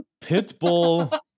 Pitbull